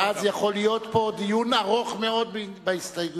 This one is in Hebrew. ואז יכול להיות פה דיון ארוך מאוד בהסתייגויות.